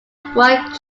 bright